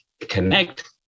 Connect